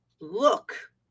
look